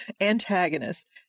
antagonist